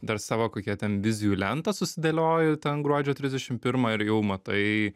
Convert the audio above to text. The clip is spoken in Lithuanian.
dar savo kokią ten vizijų lentą susidėlioji ten gruodžio trisdešim pirmą ir jau matai